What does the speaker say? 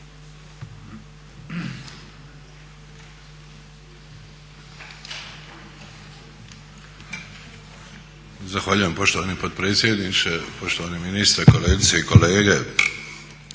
Zahvaljujem poštovani potpredsjedniče, poštovani ministre, kolegice i kolege.